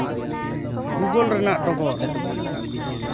Google ᱨᱮᱱᱟᱜ ᱰᱚᱜᱚᱨ